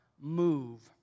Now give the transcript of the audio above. move